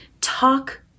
Talk